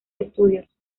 estudios